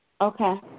Okay